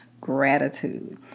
gratitude